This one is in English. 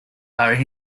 are